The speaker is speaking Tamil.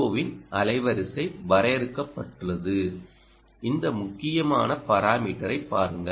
ஓவின் அலைவரிசை வரையறுக்கப்பட்டுள்ளது இந்த முக்கியமான பாராமீட்டரை பாருங்கள்